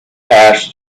passed